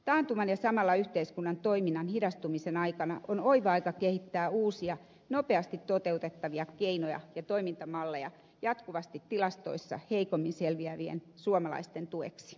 taantuman ja samalla yhteiskunnan toiminnan hidastumisen aikana on oiva aika kehittää uusia nopeasti toteutettavia keinoja ja toimintamalleja jatkuvasti tilastojen mukaan heikommin selviävien suomalaisten tueksi